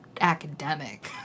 Academic